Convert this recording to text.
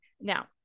now